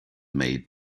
made